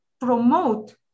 promote